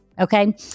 okay